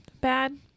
bad